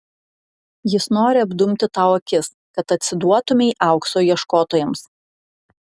jis nori apdumti tau akis kad atsiduotumei aukso ieškotojams